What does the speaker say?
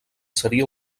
seria